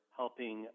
helping